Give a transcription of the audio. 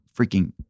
freaking